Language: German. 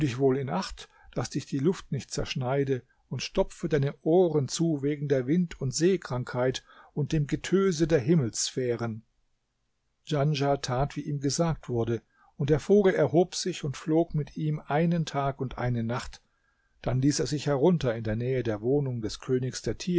in acht daß dich die luft nicht zerschneide und stopfe deine ohren zu wegen der wind und seekrankheit und dem getöse der himmelssphären djanschah tat wie ihm gesagt wurde und der vogel erhob sich und flog mit ihm einen tag und eine nacht dann ließ er sich herunter in der nähe der wohnung des